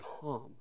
calm